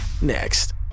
Next